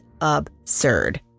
absurd